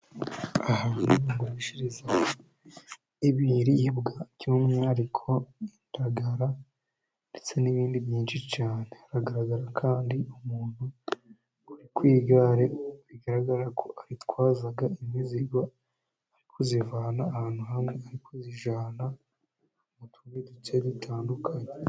Aha bahagurishiriza ibiribwa by'umwihariko indagara, ndetse n'ibindi byinshi cyane. Hagaragara kandi umuntu uri ku igare. Bigaragara ko abatwaza imizigo ari kuyivana ahantu hamwe, arikuyijyana mu tundi duce dutandukanye.